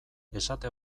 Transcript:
esate